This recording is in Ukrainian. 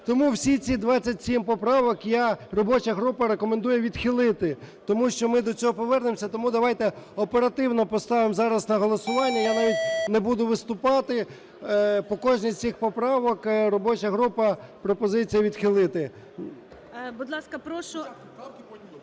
Тому всі ці 27 поправок, я, робоча група рекомендує відхилити, тому що ми до цього повернемося. Тому давайте оперативно поставимо зараз на голосування, я навіть не буду виступати. По кожній з цих поправок робоча група – пропозиція відхилити. ГОЛОВУЮЧИЙ.